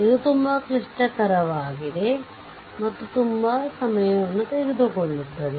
ಇದು ತುಂಬಾ ಕ್ಲಿಷ್ಟಕರವಾಗಿದೆ ಮತ್ತು ತುಂಬಾ ಸಮಾಯ ತೆಗೆದುಕೊಳ್ಳುತ್ತದೆ